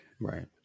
Right